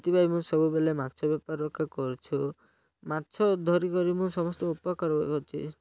ସେଥିପାଇଁ ମୁଁ ସବୁବେଳେ ମାଛ ବେପାର ରଖା କରୁଛୁ ମାଛ ଧରିକରି ମୁଁ ସମସ୍ତ ଉପକାର କରୁଛି